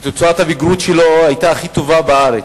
שתוצאת הבגרות שלו היתה הכי טובה בארץ,